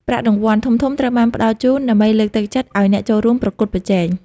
ប្រាក់រង្វាន់ ធំៗត្រូវបានផ្តល់ជូនដើម្បីលើកទឹកចិត្តឱ្យអ្នកចូលរួមប្រកួតប្រជែង។